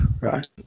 right